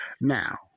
Now